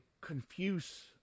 confuse